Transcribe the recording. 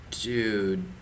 Dude